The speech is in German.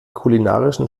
kulinarischen